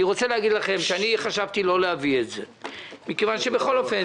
אני רוצה להגיד לכם שאני חשבתי לא להביא את זה מכיוון שבכל אופן,